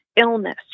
illness